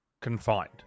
Confined